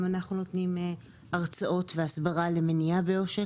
גם אנחנו נותנים הרצאות והסברה למניעה בעושק.